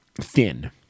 thin